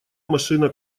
машина